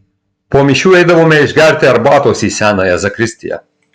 po mišių eidavome išgerti arbatos į senąją zakristiją